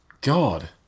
God